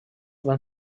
van